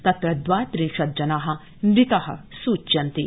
तत्र द्वात्रिंशत् जना मृता सूच्यन्ते